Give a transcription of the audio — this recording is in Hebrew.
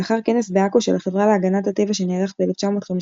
לאחר כנס בעכו של החברה להגנת הטבע שנערך ב-1958,